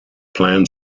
plan